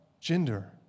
gender